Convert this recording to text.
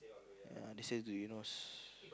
ya they stay to Eunos